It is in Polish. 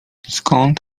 skąd